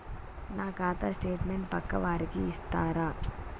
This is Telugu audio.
నా ఖాతా స్టేట్మెంట్ పక్కా వారికి ఇస్తరా?